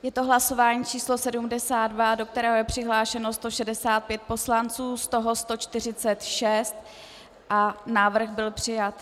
Je to hlasování číslo 72, do kterého je přihlášeno 165 poslanců, z toho 146 a návrh byl přijat.